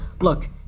look